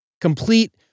complete